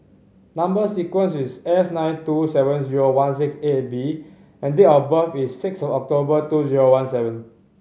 number sequence is S nine two seven zero one six eight B and date of birth is six October two zero one seven